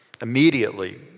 Immediately